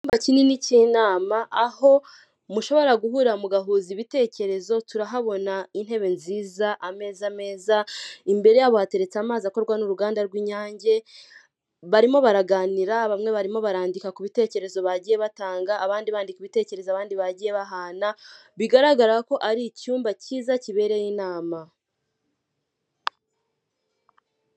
U Rwanda rufite intego yo kongera umukamo n'ibikomoka ku matungo, niyo mpamvu amata bayakusanyiriza hamwe, bakayazana muri kigali kugira ngo agurishwe ameze neza yujuje ubuziranenge.